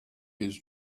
his